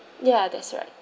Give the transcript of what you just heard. ya that's right